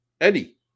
Eddie